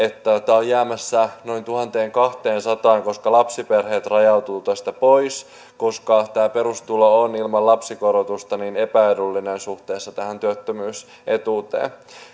on jäämässä noin tuhanteenkahteensataan koska lapsiperheet rajautuvat tästä pois koska tämä perustulo on ilman lapsikorotusta niin epäedullinen suhteessa työttömyysetuuteen